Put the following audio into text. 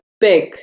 big